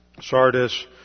Sardis